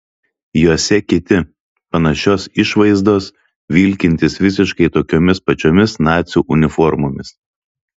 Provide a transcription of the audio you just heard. jose kiti panašios išvaizdos vilkintys visiškai tokiomis pačiomis nacių uniformomis